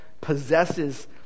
possesses